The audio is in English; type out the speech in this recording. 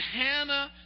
Hannah